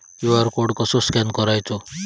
QR code कसो scan करायचो?